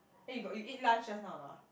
eh you got you you eat lunch just now or not